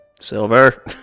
Silver